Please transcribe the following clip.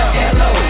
hello